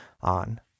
on